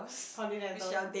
continental